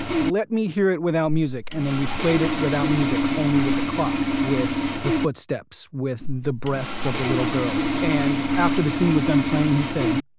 let me hear it without music. and then we played it without music, only with the clock, with the footsteps, with the breaths of the little girl and after the scene was done playing he said.